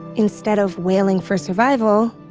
instead of wailing for survival,